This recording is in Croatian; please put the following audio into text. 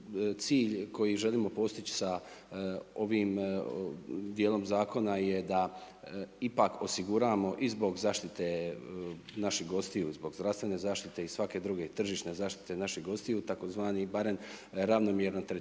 cilj koji želimo postići sa ovim dijelom zakona, je da ipak osiguramo i z bog zaštite naših gostiju zbog zdravstvene zaštite i svake druge, tržišne zaštite naših gostiju, tzv. barem ravnomjerno tretiranje